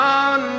on